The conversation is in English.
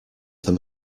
them